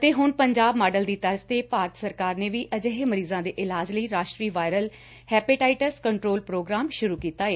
ਅਤੇ ਹੁਣ ਪੰਜਾਬ ਮਾਡਲ ਦੀ ਤਰਜ਼ ਤੇ ਭਾਰਤ ਸਰਕਾਰ ਨੇ ਵੀ ਅਜਿਹੇ ਮਰੀਜ਼ਾਂ ਦੇ ਇਲਾਜ ਲਈ ਰਾਸਟਰੀ ਵਾਇਰਲ ਹੈਪੇਟਾਈਟਸ ਕੰਟਰੋਲ ਪ੍ਰੋਗਰਾਮ ਸੁਰੁ ਕੀਤਾ ਏ